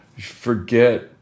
forget